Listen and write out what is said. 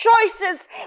choices